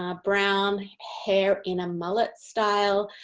um brown hair in a mullet style,